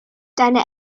deine